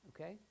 Okay